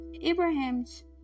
Abraham's